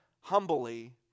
humbly